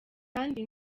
kandi